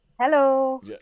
Hello